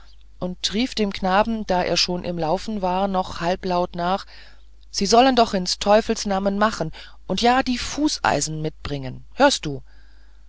und rief dem knaben da er schon im laufen war noch halblaut nach sie sollen doch ins teufels namen machen und ja die fußeisen mitbringen hörst du